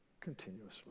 continuously